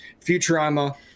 Futurama